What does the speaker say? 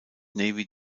navy